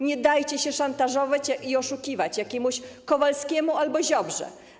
Nie dajcie się szantażować i oszukiwać jakiemuś Kowalskiemu albo Ziobrze.